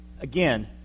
again